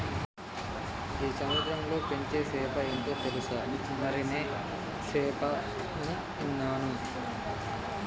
గీ సముద్రంలో పెంచే సేప ఏంటో తెలుసా, మరినే సేప అని ఇన్నాను